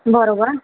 બરાબર